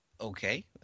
Okay